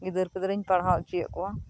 ᱜᱤᱫᱟᱹᱨ ᱯᱤᱫᱟᱹᱨᱤᱧ ᱯᱟᱲᱦᱟᱣ ᱦᱚᱪᱚᱭᱮᱫ ᱠᱚᱣᱟ